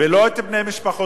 ולא את בני משפחותיהם